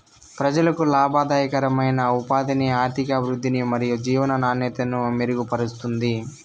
ప్రజలకు లాభదాయకమైన ఉపాధిని, ఆర్థికాభివృద్ధిని మరియు జీవన నాణ్యతను మెరుగుపరుస్తుంది